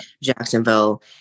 Jacksonville